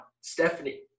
Stephanie